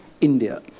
India